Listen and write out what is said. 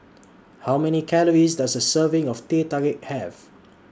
How Many Calories Does A Serving of Teh Tarik Have